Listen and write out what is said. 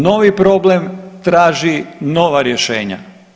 Novi problem traži nova rješenja.